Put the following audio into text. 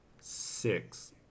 six